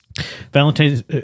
Valentine's